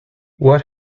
what